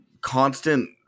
constant